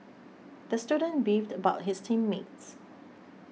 the student beefed about his team mates